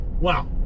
Wow